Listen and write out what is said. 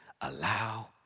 allow